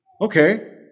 Okay